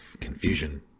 confusion